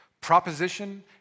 proposition